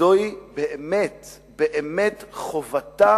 זוהי באמת חובתה